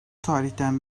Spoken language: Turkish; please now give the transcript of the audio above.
tarihten